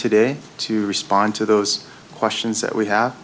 today to respond to those questions that we have